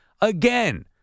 again